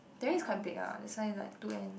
Tampines is quite big ah that's why like two end